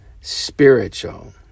spiritual